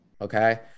okay